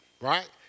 Right